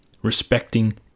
respecting